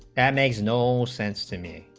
that makes no sense to me,